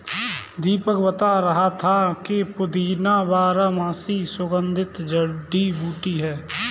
दीपक बता रहा था कि पुदीना बारहमासी सुगंधित जड़ी बूटी है